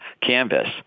canvas